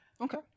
Okay